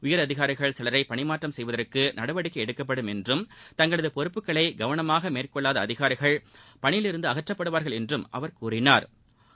உயர் அதிகாரிகள் சிலரை பணிமாற்றம் செய்வதற்கு நடவடிக்கை எடுக்கப்படும் என்றும் தங்களது பொறுப்புகளை கவனமாக மேற்கொள்ளாத அதிகாரிகள் பணியில் இருந்து அகற்ற்பபடுவார்கள் என்று அவர் கூறினா்